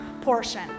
portion